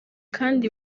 kandi